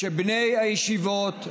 שבני הישיבות,